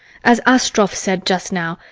as astroff said just now,